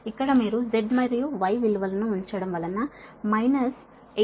ఇక్కడ మీరు Z మరియు Y విలువలను ఉంచడం వలన మైనస్ 8